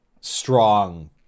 strong